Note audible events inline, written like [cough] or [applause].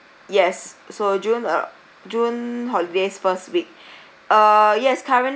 yes so june uh june holidays first week [breath] uh yes currently